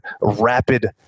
rapid